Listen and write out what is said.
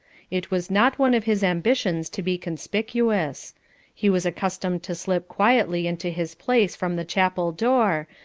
it was not one of his ambitions to be conspicuous he was accustomed to slip quietly into his place from the chapel door,